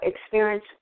experience